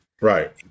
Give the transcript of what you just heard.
Right